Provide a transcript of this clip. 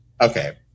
okay